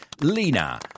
Lina